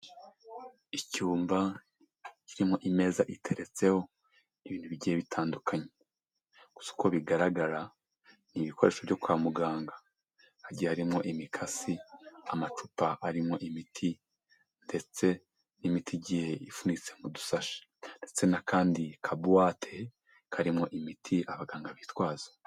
Icyumba kirimo imeza iteretseho ibintu bigiye bitandukanye, gusa uko bigaragara ni ibikoresho byo kwa muganga, hagiye harimo imikasi, amacupa, harimo imiti ndetse n'imiti igiye ipfunitse mu dusashi ndetse n'akandi kabuwate karimo imiti abaganga bitwaza.